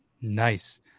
Nice